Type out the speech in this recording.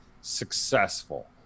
successful